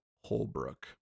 Holbrook